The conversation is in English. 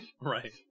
Right